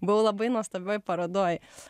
buvau labai nuostabioj parodoj